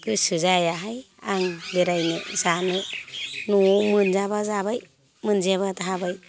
गोसो जायाहाय आं बेरायनो जानो न'आव मोनजाबा जाबाय मोनजायाबा थाबाय